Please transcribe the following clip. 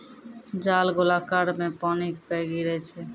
जाल गोलाकार मे पानी पे गिरै छै